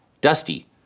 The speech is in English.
Dusty